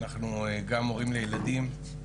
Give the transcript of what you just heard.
אנחנו גם הורים לילדים,